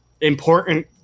important